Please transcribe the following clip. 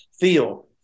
feel